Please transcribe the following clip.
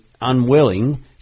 unwilling